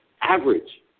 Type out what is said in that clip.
average